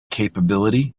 capability